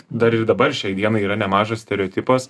dar ir dabar šiai dienai yra nemažas stereotipas